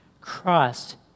cross